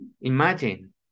imagine